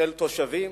של תושבים,